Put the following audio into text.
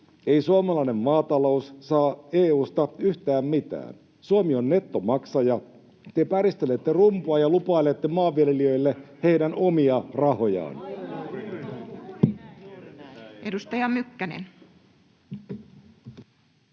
Ei suomalainen maatalous saa EU:sta yhtään mitään. Suomi on nettomaksaja. Te päristelette rumpua ja lupailette maanviljelijöille heidän omia rahojaan.